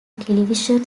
television